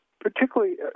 particularly